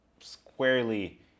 squarely